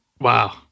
Wow